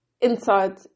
inside